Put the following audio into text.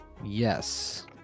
Yes